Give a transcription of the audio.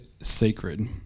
sacred